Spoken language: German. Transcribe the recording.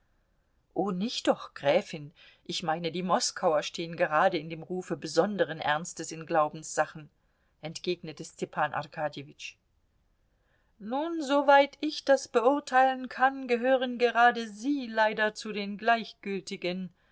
o nicht doch gräfin ich meine die moskauer stehen gerade in dem rufe besonderen ernstes in glaubenssachen entgegnete stepan arkadjewitsch nun soweit ich das beurteilen kann gehören gerade sie leider zu den gleichgültigen